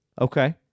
Okay